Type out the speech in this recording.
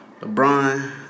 LeBron